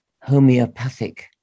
homeopathic